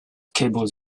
cables